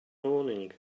morning